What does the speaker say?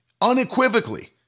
unequivocally